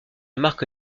marque